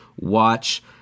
watch